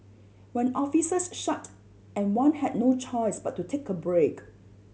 when offices shut and one had no choice but to take a break